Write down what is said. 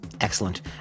Excellent